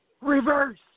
reverse